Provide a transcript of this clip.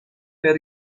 per